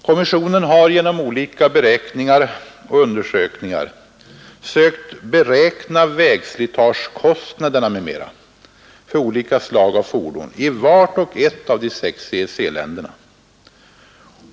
Kommissionen har genom olika beräkningar och undersökningar sökt beräkna vägslitagekostnaderna m.m. för olika slag av fordon i vart och ett av de sex EEC-länderna.